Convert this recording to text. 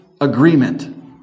agreement